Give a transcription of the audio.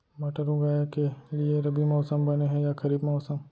मटर उगाए के लिए रबि मौसम बने हे या खरीफ मौसम?